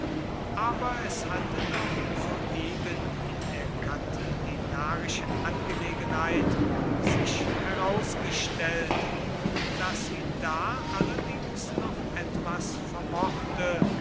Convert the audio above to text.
aber es hatte doch soeben in der catilinarischen angelegenheit sich herausgestellt daß sie da allerdings noch etwas vermochte